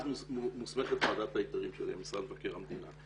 אז מוסמכת ועדת ההיתרים של משרד מבקר המדינה.